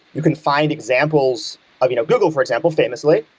you can find examples of you know google, for example, famously,